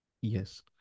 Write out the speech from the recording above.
Yes